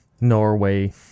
norway